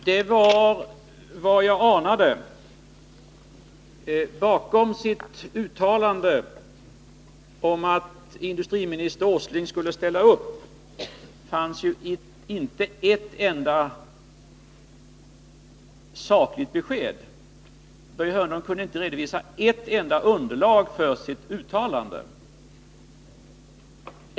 Herr talman! Det var som jag anade! Bakom Börje Hörnlunds uttalande om att industriminister Åsling skulle ställa upp fanns inte ett enda sakligt besked. Han kunde inte redovisa ett enda underlag för sitt uttalande!